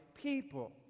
people